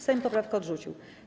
Sejm poprawkę odrzucił.